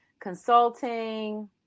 consulting